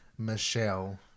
michelle